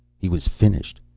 he was finished.